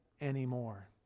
anymore